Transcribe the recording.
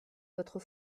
votre